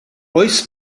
oes